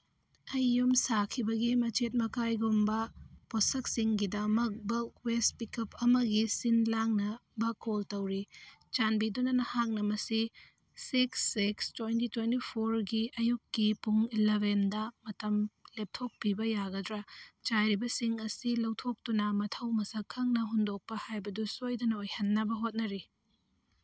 ꯑꯩ ꯌꯨꯝ ꯁꯥꯈꯤꯕꯒꯤ ꯃꯆꯦꯠ ꯃꯀꯥꯏꯒꯨꯝꯕ ꯄꯣꯠꯁꯛꯁꯤꯡꯒꯤꯗꯃꯛ ꯕꯜꯛ ꯋꯦꯁ ꯄꯤꯀꯞ ꯑꯃꯒꯤ ꯁꯤꯜ ꯂꯥꯡꯅꯕ ꯀꯣꯜ ꯇꯧꯔꯤ ꯆꯥꯟꯕꯤꯗꯨꯅ ꯅꯍꯥꯛꯅ ꯃꯁꯤ ꯁꯤꯛꯁ ꯁꯤꯛꯁ ꯇ꯭ꯋꯦꯟꯇꯤ ꯇ꯭ꯋꯦꯟꯇꯤ ꯐꯣꯔꯒꯤ ꯑꯌꯨꯛꯀꯤ ꯄꯨꯡ ꯑꯦꯂꯕꯦꯟꯗ ꯃꯇꯝ ꯂꯦꯞꯊꯣꯛꯄꯤꯕ ꯌꯥꯒꯗ꯭ꯔꯥ ꯆꯥꯏꯔꯤꯕꯁꯤꯡ ꯑꯁꯤ ꯂꯧꯊꯣꯛꯇꯨꯅ ꯃꯊꯧ ꯃꯁꯛ ꯈꯪꯅ ꯍꯨꯟꯗꯣꯛꯄ ꯍꯥꯏꯕꯗꯨ ꯁꯣꯏꯗꯅ ꯑꯣꯏꯍꯟꯅꯕ ꯍꯣꯠꯅꯔꯤ